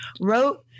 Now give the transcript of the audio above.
wrote